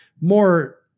more